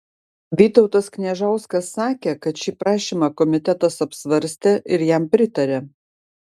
vytautas kniežauskas sakė kad šį prašymą komitetas apsvarstė ir jam pritarė